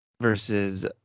versus